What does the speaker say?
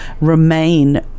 remain